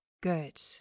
good